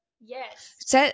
Yes